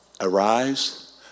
Arise